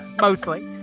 mostly